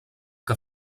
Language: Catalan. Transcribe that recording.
que